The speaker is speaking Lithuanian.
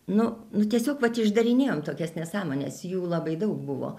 nu nu tiesiog vat išdarinėjom tokias nesąmones jų labai daug buvo